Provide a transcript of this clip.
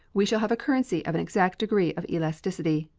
we shall have a currency of an exact degree of elasticity.